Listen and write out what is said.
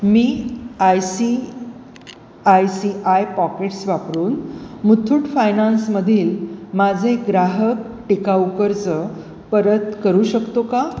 me I C I C I pockets वापरून मुथूट फायनान्समधील माझे ग्राहक टिकाऊ कर्ज परत करू शकतो का